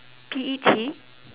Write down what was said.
P_E_T